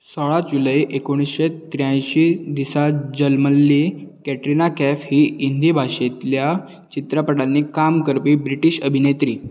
सोळा जुलाय एकुणशे त्रेयांयशी दिसा जल्मल्ली कॅटरीना कैफ ही हिंदी भाशेंतल्या चित्रपटांनी काम करपी ब्रिटीश अभिनेत्री